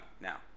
now